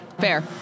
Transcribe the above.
Fair